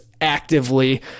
actively